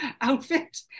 outfit